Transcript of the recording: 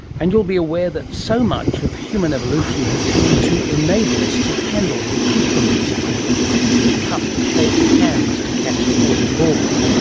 and you will be aware that so much of human evolution has been to enable us to handle the accroutrements of cricket the cup-shaped hands to catch a falling ball,